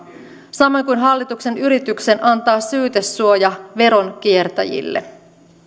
samoin kuin hallituksen yrityksen antaa syytesuoja veronkiertäjille